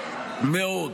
מאוד.